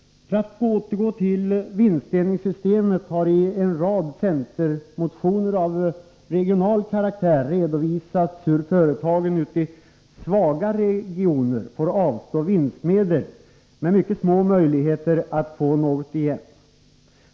För att återgå till vinstdelningssystemet har i en rad centermotioner av regional karaktär redovisats hur företagen ute i svaga regioner får avstå vinstmedel, med mycket små möjligheter att få något igen.